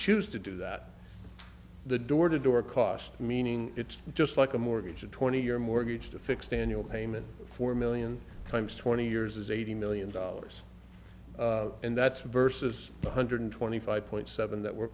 choose to do that the door to door costs meaning it's just like a mortgage a twenty year mortgage to fix daniel payment four million times twenty years is eighty million dollars and that's versus one hundred twenty five point seven that we're